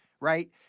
right